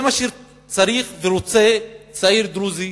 זה מה שצריך ורוצה צעיר דרוזי